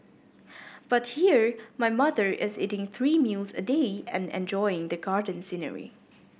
but here my mother is eating three meals a day and enjoying the garden scenery